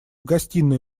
гостиной